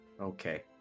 Okay